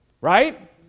Right